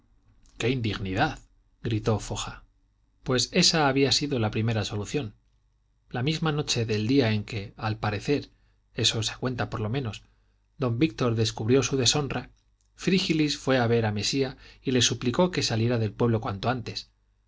qué indignidad gritó foja pues ésa había sido la primera solución la misma noche del día en que al parecer esto se cuenta por lo menos don víctor descubrió su deshonra frígilis fue a ver a mesía y le suplicó que saliera del pueblo cuanto antes